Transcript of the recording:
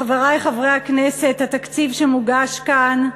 חברי חברי הכנסת, התקציב שמוגש כאן,